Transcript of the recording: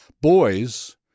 Boys